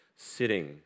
sitting